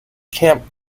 camp